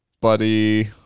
buddy